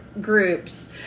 groups